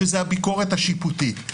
והיא הביקורת השיפוטית.